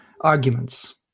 arguments